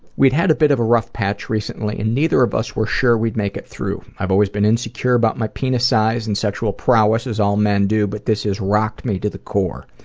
we'd had a bit of a rough patch recently, and neither of us were sure we'd make it through. i've always been insecure about my penis size and sexual prowess as all men do, but this has rocked me to the core.